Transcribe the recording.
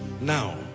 Now